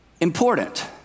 important